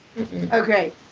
Okay